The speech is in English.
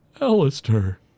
Alistair